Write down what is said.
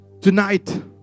Tonight